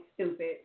stupid